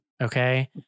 okay